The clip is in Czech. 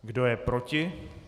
Kdo je proti?